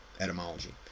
etymology